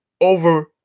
Over